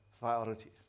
priority